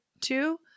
two